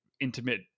intimate